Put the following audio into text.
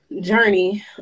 journey